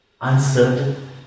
uncertain